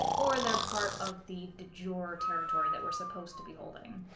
or they're part of the de jure territory that we're supposed to be holding.